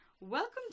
Welcome